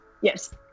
yes